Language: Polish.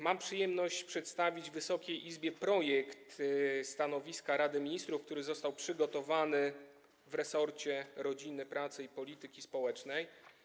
Mam przyjemność przedstawić Wysokiej Izbie projekt stanowiska Rady Ministrów, który został przygotowany w resorcie rodziny, pracy i polityki społecznej.